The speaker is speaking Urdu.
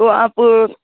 تو آپ